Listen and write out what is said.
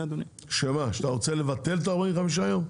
שאתה רוצה לבטל את ה-45 יום?